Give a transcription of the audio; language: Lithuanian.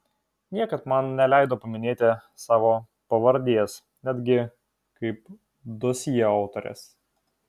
niekad man neleido paminėti savo pavardės netgi kaip dosjė autorės